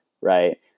right